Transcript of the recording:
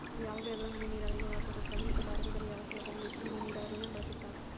ಯಾವ ಬೆಳೆಗಳು ಹನಿ ನೇರಾವರಿಗೆ ಒಳಪಡುತ್ತವೆ ಮತ್ತು ಭಾರತದಲ್ಲಿ ಯಾವ ಸ್ಥಳದಲ್ಲಿ ಹೆಚ್ಚು ಹನಿ ನೇರಾವರಿಯನ್ನು ಬಳಸುತ್ತಾರೆ?